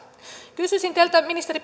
kysyisin teiltä ministeri